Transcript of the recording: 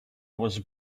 was